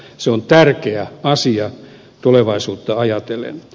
se on tärkeä asia tulevaisuutta ajatellen